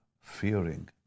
fearing